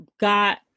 got